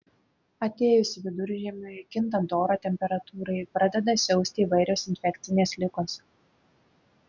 atėjus viduržiemiui kintant oro temperatūrai pradeda siausti įvairios infekcinės ligos